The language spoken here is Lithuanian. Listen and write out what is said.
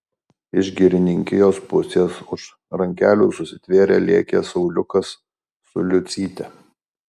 iš girininkijos pusės už rankelių susitvėrę lėkė sauliukas su liucyte